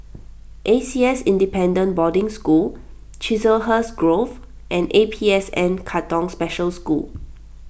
A C S Independent Boarding School Chiselhurst Grove and A P S N Katong Special School